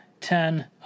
ten